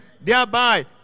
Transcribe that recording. Thereby